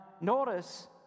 notice